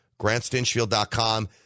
GrantStinchfield.com